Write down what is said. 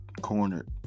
cornered